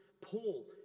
Paul